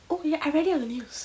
oh ya I read it on the news